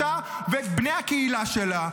אותה ואת בני הקהילה שלה,